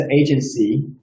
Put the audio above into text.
agency